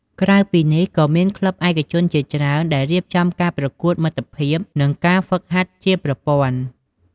ក្រៅពីនេះ ក៏មានក្លឹបឯកជនជាច្រើនដែលរៀបចំការប្រកួតមិត្តភាព និងការហ្វឹកហាត់ជាប្រព័ន្ធ។